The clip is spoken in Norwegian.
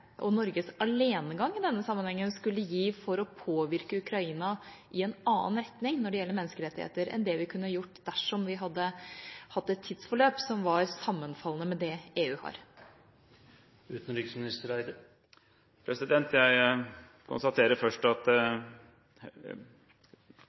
og Norges alenegang i denne sammenhengen skulle gi for å påvirke Ukraina i en annen retning når det gjelder menneskerettigheter, sammenlignet med det vi kunne gjort dersom vi hadde hatt et tidsforløp som var sammenfallende med det EU har. Jeg konstaterer først at